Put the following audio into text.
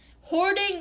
hoarding